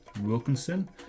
Wilkinson